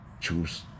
Choose